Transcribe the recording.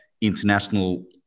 international